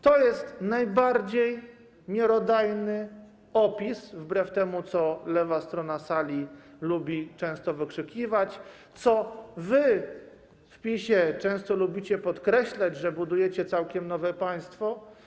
To jest najbardziej miarodajny opis wbrew temu, co lewa strona sali lubi często wykrzykiwać, co wy w PiS-ie często lubicie podkreślać, że budujecie całkiem nowe państwo.